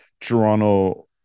Toronto